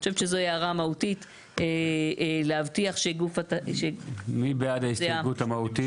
אני חושבת שזו הערה מהותית להבטיח שזה --- מי בעד ההסתייגות המהותית?